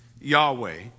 Yahweh